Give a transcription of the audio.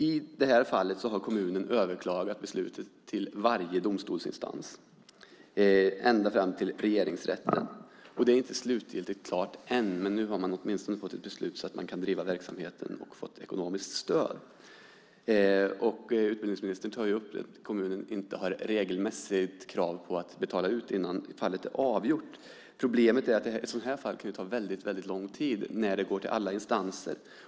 I detta fall har kommunen överklagat beslutet i varje domstolsinstans, ända fram till Regeringsrätten. Det är inte slutgiltigt klart ännu, men nu har man åtminstone fått ett beslut så att man kan driva verksamheten och fått ekonomiskt stöd. Utbildningsministern tar upp att kommunen inte har regelmässigt krav på att betala ut innan fallet är avgjort. Problemet är ett sådant här fall kan ta väldigt lång tid när det går till alla instanser.